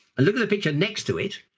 look at the picture next to it,